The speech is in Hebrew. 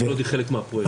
לוד היא חלק מהפרויקט.